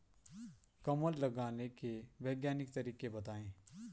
कमल लगाने के वैज्ञानिक तरीके बताएं?